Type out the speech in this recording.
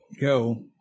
go